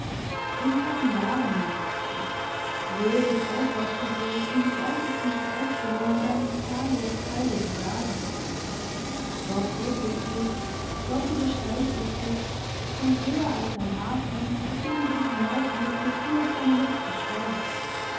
im kapillaren nimmt es zu röhrig aufwärts gesaugt in die äußersten verästelungen deines zahlloszweigigen daseins dort hebt es sich dort übersteigt es dich kommt höher als dein atem auf den du dich hinaufflüchtest wie auf deine letzte stelle